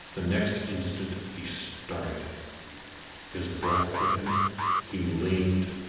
the next instant he started his breath quickened he leaned,